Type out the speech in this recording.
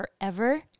forever